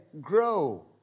grow